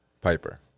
Piper